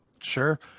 sure